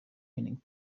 winning